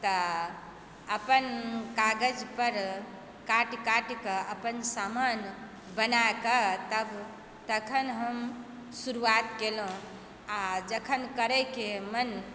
तऽ अपन कागजपर काटि काटिकऽ अपन सामान बनाकऽ तब तखन हम शुरुआत कयलहुँ आओर जखन करयके मोन